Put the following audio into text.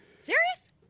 Serious